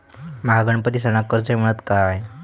माका गणपती सणासाठी कर्ज मिळत काय?